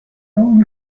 اون